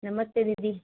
नमस्ते दीदी